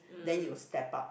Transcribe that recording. then you will step up